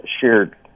shared